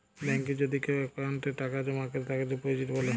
ব্যাংকে যদি কেও অক্কোউন্টে টাকা জমা ক্রেতাকে ডিপজিট ব্যলে